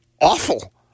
awful